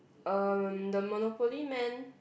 erm the monopoly man